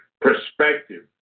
perspective